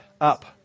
up